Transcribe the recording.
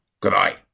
Goodbye